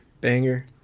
banger